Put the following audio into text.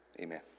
Amen